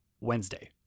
Wednesday